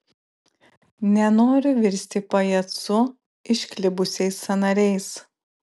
nenoriu virsti pajacu išklibusiais sąnariais